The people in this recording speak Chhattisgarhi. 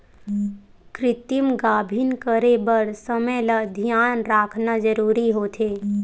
कृतिम गाभिन करे बर समे ल धियान राखना जरूरी होथे